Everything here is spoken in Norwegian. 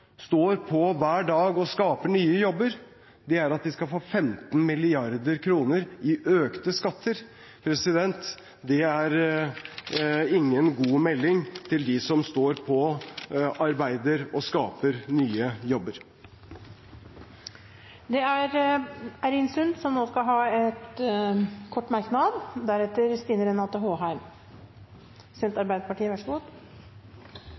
står på hver dag og skaper nye jobber, er at de skal få 15 mrd. kr i økte skatter. Det er ingen god melding til dem som står på, arbeider og skaper nye jobber. Representanten Eirin Sund har hatt ordet to ganger tidligere og får ordet til en kort merknad,